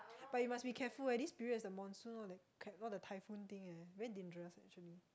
but you must be careful eh this period is the monsoon all that crap all the typhoon thing eh very dangerous ah actually